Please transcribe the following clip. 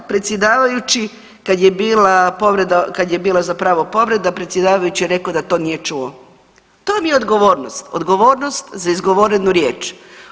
Predsjedavajući kad je bila povreda, kad je bila zapravo povreda predsjedavajući je rekao da to nije čuo, to vam je odgovornost, odgovornost za izgovorenu riječ.